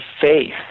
faith